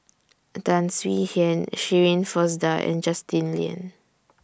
Tan Swie Hian Shirin Fozdar and Justin Lean